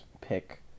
pick